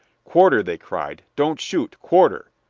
quarter! they cried. don't shoot quarter!